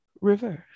reverse